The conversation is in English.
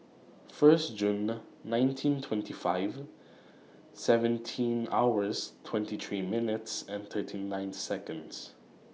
First Junr nineteen twenty five seventeen hours twenty three minutes and thirty nine Seconds